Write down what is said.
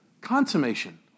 consummation